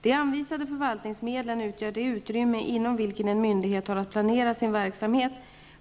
De anvisade förvaltningsmedlen utgör det utrymme inom vilken en myndighet har att planera sin verksamhet.